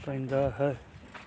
ਪੈਂਦਾ ਹੈ